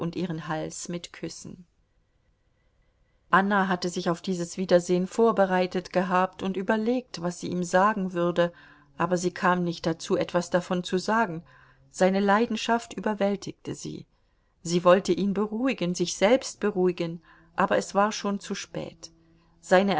ihren hals mit küssen anna hatte sich auf dieses wiedersehen vorbereitet gehabt und überlegt was sie ihm sagen würde aber sie kam nicht dazu etwas davon zu sagen seine leidenschaft überwältigte sie sie wollte ihn beruhigen sich selbst beruhigen aber es war schon zu spät seine